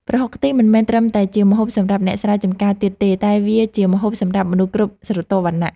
ប្រហុកខ្ទិះមិនមែនត្រឹមតែជាម្ហូបសម្រាប់អ្នកស្រែចម្ការទៀតទេតែវាជាម្ហូបសម្រាប់មនុស្សគ្រប់ស្រទាប់វណ្ណៈ។